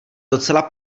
docela